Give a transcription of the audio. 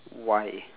why